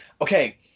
Okay